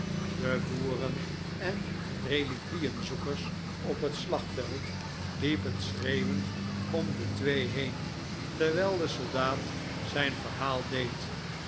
de boeren en reliquieen zoekers op het slagveld liepen schreeuwend om de twee heen terwijl de soldaat zijn verhaal deed